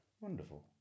Wonderful